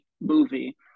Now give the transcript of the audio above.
movie